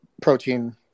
protein